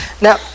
Now